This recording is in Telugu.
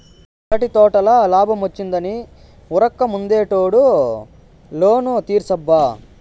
అరటి తోటల లాబ్మొచ్చిందని ఉరక్క ముందటేడు లోను తీర్సబ్బా